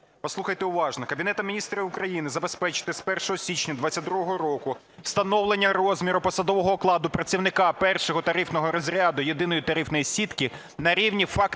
послухайте уважно. "Кабінету Міністрів України забезпечити з 1 січня 2022 року встановлення розміру посадового окладу працівника 1 тарифного розряду Єдиної тарифної сітки на рівні фактичного,